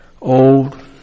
Old